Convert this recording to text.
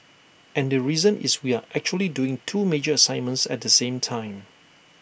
and the reason is we are actually doing two major assignments at the same time